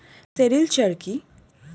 Sericulture কি?